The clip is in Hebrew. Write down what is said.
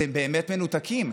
אתם באמת מנותקים.